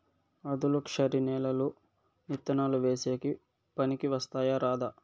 ఆధులుక్షరి నేలలు విత్తనాలు వేసేకి పనికి వస్తాయా రాదా?